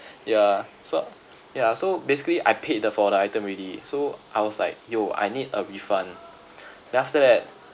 yeah so yeah so basically I paid the for the item already so I was like !yo! I need a refund then after that